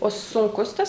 o sunkus tas